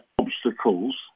obstacles